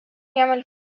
يعمل